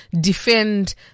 defend